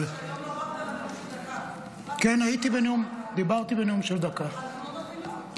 אבל ------ היום לא באת לנאומים בני דקה.